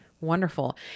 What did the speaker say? Wonderful